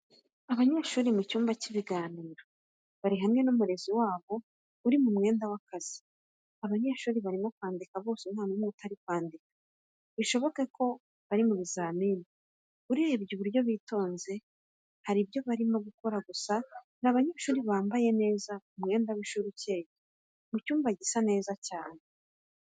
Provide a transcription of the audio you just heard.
Abanyeshuri mu cyumba bigiramo, bari hamwe n'umurezi wabo uri mu mwenda w'akazi. Abanyeshuri barimo kwandika bose nta n'umwe utari kwandika. Bishoboke kuba bari mu bizamini, urebye uburyo bitonze, hari ibyo barimo gukora gusa ni abanyeshuri bambaye neza mu mwenda w'ishuri ukeye, mu cyumba gisa nza cyane.